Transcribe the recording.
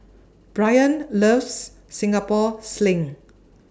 Brian loves Singapore Sling